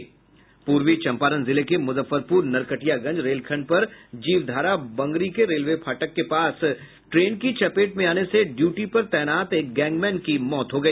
पूर्वी चंपारण जिले के मूजफ्फरपूर नरकटियागंज रेलखण्ड पर जीवधारा बंगरी के रेलवे फाटक के पास ट्रेन की चपेट में आने से ड्यूटी पर तैनात एक गैंगमैन की मौत हो गई